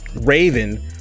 raven